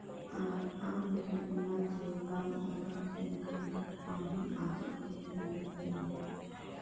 ᱟᱨ ᱟᱢ ᱡᱩᱫᱤ ᱚᱱᱟᱛᱮ ᱵᱟᱢ ᱚᱞᱟ ᱮᱱᱠᱷᱟᱱ ᱫᱚ ᱟᱢ ᱦᱚᱢ ᱟᱫᱚᱜ ᱜᱮᱭᱟ ᱢᱤᱫ ᱫᱤᱱ ᱦᱤᱞᱳᱜ